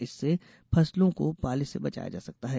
इससे फसलों को पाले से बचाया जा सकता है